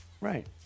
Right